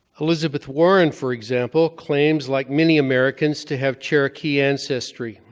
elizabeth warren, for example, claims, like many americans, to have cherokee ancestry,